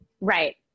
Right